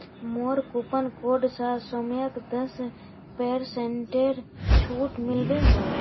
मोर coupon code स सौम्यक दस पेरसेंटेर छूट मिल बे